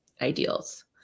ideals